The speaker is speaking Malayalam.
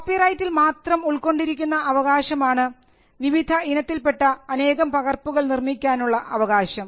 കോപ്പി റൈറ്റിൽ മാത്രം ഉൾക്കൊണ്ടിരിക്കുന്ന അവകാശമാണ് വിവിധ ഇനത്തിൽപ്പെട്ട അനേകം പകർപ്പുകൾ നിർമ്മിക്കാനുള്ള അവകാശം